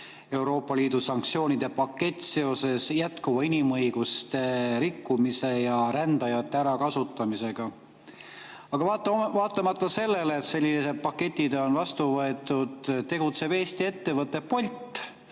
Euroopa Liidu sanktsioonide pakett seoses jätkuva inimõiguste rikkumise ja rändajate ärakasutamisega. Aga vaatamata sellele, et sellised paketid on vastu võetud, tegutseb Eesti ettevõte Bolt